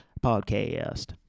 podcast